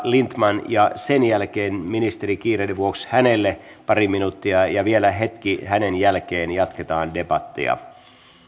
lindtman ja sen jälkeen ministerin kiireiden vuoksi hänelle pari minuuttia ja vielä hetki hänen jälkeensä jatketaan debattia